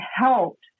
helped